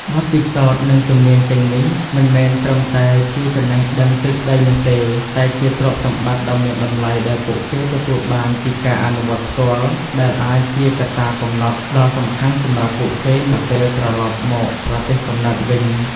បទពិសោធន៍ និងជំនាញទាំងនេះ មិនមែនត្រឹមតែជាចំណេះដឹងទ្រឹស្ដីនោះទេ តែជាទ្រព្យសម្បត្តិដ៏មានតម្លៃដែលពួកគេទទួលបានពីការអនុវត្តផ្ទាល់ ដែលអាចជាកត្តាកំណត់ដ៏សំខាន់សម្រាប់ពួកគេនៅពេលត្រឡប់មកប្រទេសកំណើតវិញ។